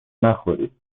نخوری